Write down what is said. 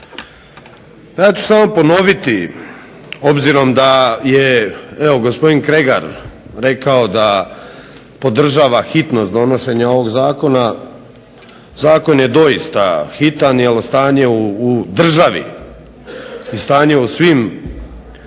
Ja ću samo ponoviti, obzirom da je evo gospodin Kregar rekao da podržava hitnost donošenja ovog zakona, zakon je doista hitan jel stanje u državi i stanje u svim